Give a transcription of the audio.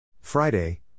Friday